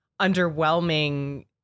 underwhelming